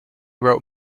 wrote